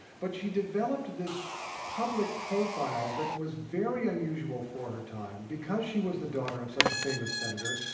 but she developed this public profile that was very unusual for her time because she was the daughter of such a famous senator,